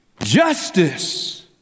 Justice